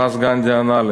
ואז גנדי ענה לי: